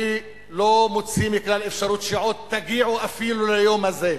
אני לא מוציא מכלל אפשרות שעוד תגיעו אפילו ליום הזה.